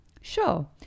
Sure